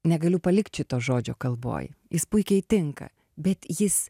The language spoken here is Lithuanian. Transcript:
negaliu palikt šito žodžio kalboj jis puikiai tinka bet jis